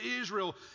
Israel